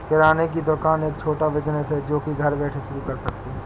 किराने की दुकान एक छोटा बिज़नेस है जो की घर बैठे शुरू कर सकते है